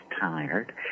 tired